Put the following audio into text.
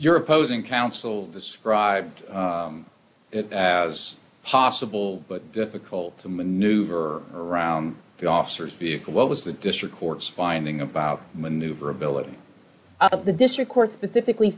your opposing counsel described it as possible but difficult to maneuver around the officer speak what was the district court's finding about maneuverability of the district court specifically